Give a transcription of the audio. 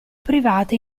private